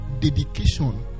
dedication